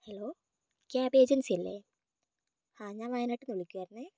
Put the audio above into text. hello cab agency അല്ലെ ആ ഞാൻ വയനാട്ടിൽ നിന്ന് വിളിക്കുവായിരുന്നേ